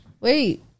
Wait